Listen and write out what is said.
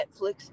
Netflix